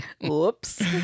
Whoops